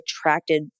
attracted